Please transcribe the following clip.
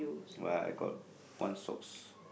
what I got one socks